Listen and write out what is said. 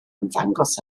ymddangos